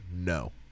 No